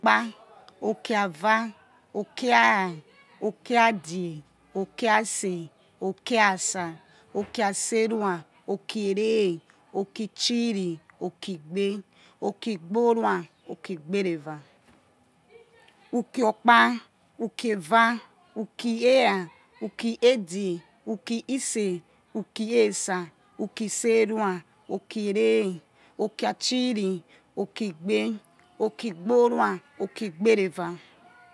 Kpa, uki eva, uki era, uki edge, uki ase, uki asai, uki aserua, uki era, uki itc̣hiri, uki egbe, uki ugborua, uki igbe eva, uki okpa, uki eva, uki era, uki edge, uki ise, uki esa, uki serua, uki ere, uki achiri, uki igbe, uki igborua, uki igbe reva